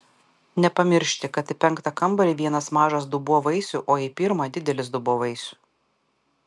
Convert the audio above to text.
nepamiršti kad į penktą kambarį vienas mažas dubuo vaisių o į pirmą didelis dubuo vaisių